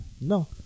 No